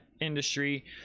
industry